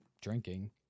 drinking